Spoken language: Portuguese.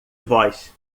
voz